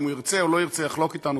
אם הוא ירצה או לא ירצה לחלוק אתנו,